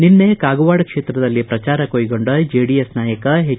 ನಿನ್ನೆ ಕಾಗವಾಡ ಕ್ಷೇತ್ರದಲ್ಲಿ ಶ್ರಚಾರ ಕ್ಷೆಗೊಂಡ ಜೆಡಿಎಸ್ ನಾಯಕ ಎಚ್